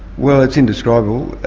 well it's indescribable.